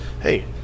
hey